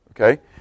Okay